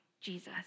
Jesus